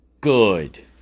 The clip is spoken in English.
Good